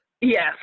Yes